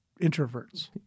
introverts